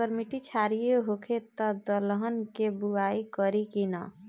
अगर मिट्टी क्षारीय होखे त दलहन के बुआई करी की न?